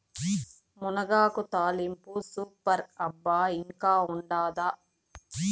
మునగాకు తాలింపు సూపర్ అబ్బా ఇంకా ఉండాదా